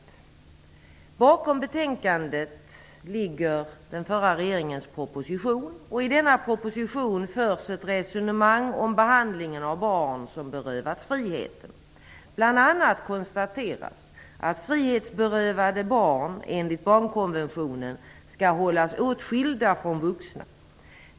Till grund för betänkandet ligger den förra regeringens proposition. I denna proposition förs ett resonemang om behandlingen av barn som har berövats friheten. Bl.a. konstateras att frihetsberövade barn enligt barnkonventionen skall hållas åtskilda från vuxna.